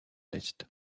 l’est